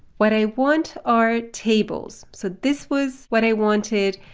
what i want are tables. so this was what i wanted.